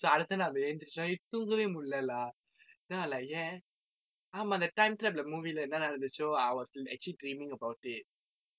so அடுத்த நாள் எந்திரிச்சோனே தூங்கவே முடியல:aduttha naal enthirichone thungave mudiyala lah then I like ஏன் ஆமா அந்த:aen aamaa antha time trap லே:le movie லே என்ன நடந்துச்சோ:le enna nadanthucho I was actually dreaming about it